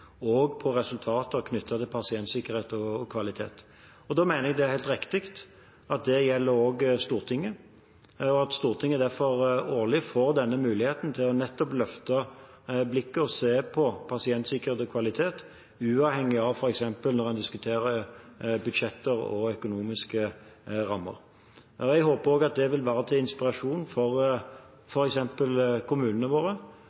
også på resultater knyttet til pasientsikkerhet og kvalitet. Da mener jeg det er helt riktig at det også gjelder Stortinget, og at Stortinget derfor årlig får denne muligheten til nettopp å løfte blikket og se på pasientsikkerhet og kvalitet uavhengig f.eks. av diskusjonen om budsjetter og økonomiske rammer. Jeg håper også at det vil være til inspirasjon for f.eks. kommunene våre,